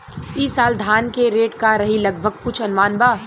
ई साल धान के रेट का रही लगभग कुछ अनुमान बा?